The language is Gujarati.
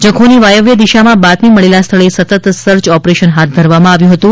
જખૌની વાયવ્ય દિશામાં બાતમી મળેલા સ્થળે સતત સર્ચ ઓપરેશન હાથ ધરવામાં આવ્યું હતું